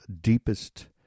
deepest